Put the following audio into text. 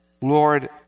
Lord